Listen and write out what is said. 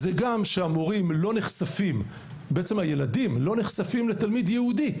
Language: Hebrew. כשהתלמידים לא נחשפים לתלמיד יהודי,